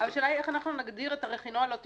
השאלה היא איך נגדיר את הרכינוע הלא תקני,